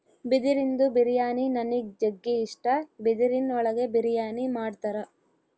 ಬಿದಿರಿಂದು ಬಿರಿಯಾನಿ ನನಿಗ್ ಜಗ್ಗಿ ಇಷ್ಟ, ಬಿದಿರಿನ್ ಒಳಗೆ ಬಿರಿಯಾನಿ ಮಾಡ್ತರ